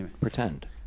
pretend